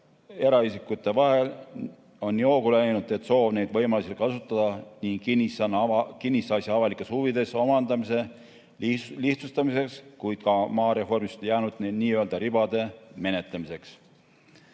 eraisikute vahel on nii hoogu läinud, et soov on neid võimalusi kasutada nii kinnisasja avalikes huvides omandamise lihtsustamiseks kui ka maareformist jäänud n-ö ribade menetlemiseks.